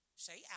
Say